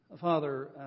Father